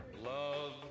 Love